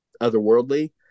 otherworldly